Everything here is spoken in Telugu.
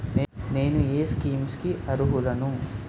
నేను ఏ స్కీమ్స్ కి అరుహులను?